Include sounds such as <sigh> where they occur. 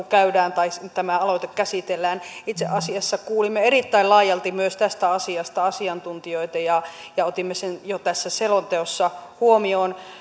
<unintelligible> käydään tai tämä aloite käsitellään itse asiassa kuulimme erittäin laajalti myös tästä asiasta asiantuntijoita ja ja otimme sen jo tässä selonteossa huomioon